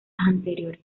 anteriores